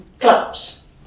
clubs